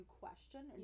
question